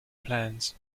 plans